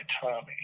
Tommy